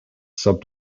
sub